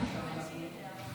לישראל (הוראת שעה,